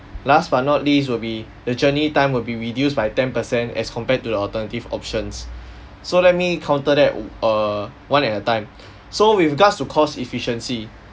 last but not least will be the journey time will be reduced by ten per cent as compared to the alternative options so let me counter that o~ err one at a time so with regards to cost-efficiency